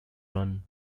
run